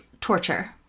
torture